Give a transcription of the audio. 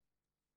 נכון,